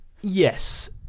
yes